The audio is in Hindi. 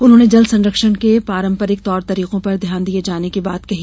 उन्होंने जल संरक्षण के पारम्परिक तौर तरिकों पर ध्यान दिये जाने की बात कही